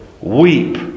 weep